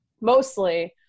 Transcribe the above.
mostly –